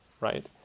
right